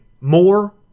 more